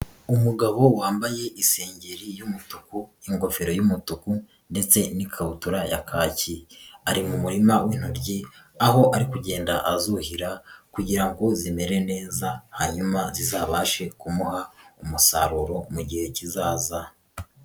Umugabo wambaye isengeri y'umutuku, ingofero y'umutuku ndetse n'ikabutura ya kaki, ari mu murima w'intoryi aho ari kugenda azuhira kugira ngo zimere neza hanyuma zizabashe kumuha umusaruro mu mu gihe kizaza.